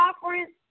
conference